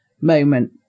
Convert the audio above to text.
moment